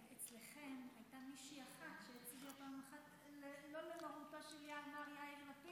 אצלכם הייתה מישהי אחת שהצביעה פעם אחת לא למרותו של מר יאיר לפיד,